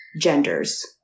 genders